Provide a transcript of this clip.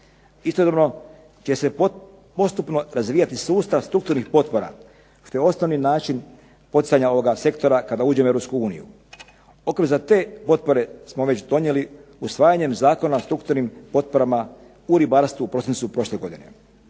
Istodobno će se postupno razvijati sustav strukturnih potpora što je osnovni način poticanja ovoga sektora kada uđemo u EU. Okvir za te potpore smo već donijeli usvajanjem Zakona o strukturnim potporama u ribarstvu u prosincu prošle godine.